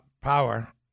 power